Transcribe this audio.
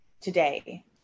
today